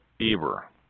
Eber